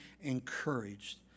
encouraged